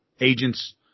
agents